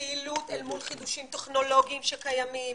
פעילות אל מול חידושים טכנולוגיים שקיימים,